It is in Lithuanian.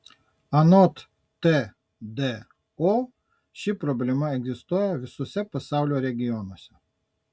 anot tdo ši problema egzistuoja visuose pasaulio regionuose